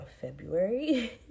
February